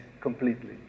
completely